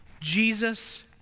Jesus